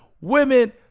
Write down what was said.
women